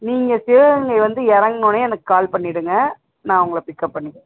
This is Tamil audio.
நீங்கள் சிவகங்கை வந்து இறங்கனோன்னே எனக்கு கால் பண்ணிவிடுங்க நான் உங்களை பிக்அப் பண்ணிக்கிறேன்